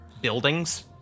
buildings